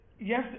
Yes